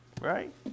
Right